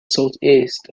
southeast